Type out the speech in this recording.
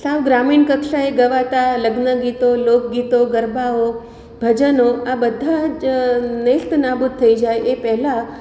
સાવ ગ્રામીણ કક્ષાએ ગવાતાં લગ્ન ગીતો લોકગીતો ગરબાઓ ભજનો આ બધાં જ નેસ્ત નાબૂદ થઈ જાય એ પહેલાં